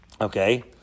Okay